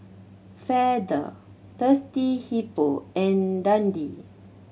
Feather Thirsty Hippo and Dundee